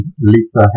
Lisa